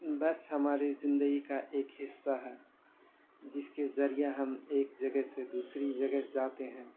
بس ہماری زندگی کا ایک حصہ ہے جس کے ذریعہ ہم ایک جگہ سے دوسری جگہ جاتے ہیں